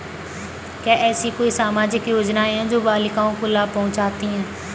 क्या ऐसी कोई सामाजिक योजनाएँ हैं जो बालिकाओं को लाभ पहुँचाती हैं?